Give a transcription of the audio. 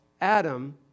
Adam